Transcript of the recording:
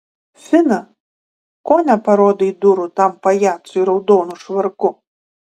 fina ko neparodai durų tam pajacui raudonu švarku